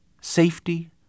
Safety